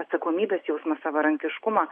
atsakomybės jausma savarankiškumą